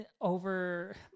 Over